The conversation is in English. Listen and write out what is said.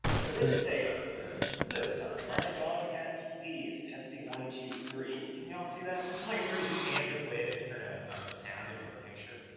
so this is a, um this is a sonic match my dog has fleas! testing one, two, three. can you all see that? this is like a pretty standard way to turn a sound into a picture?